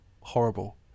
horrible